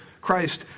Christ